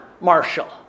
Marshall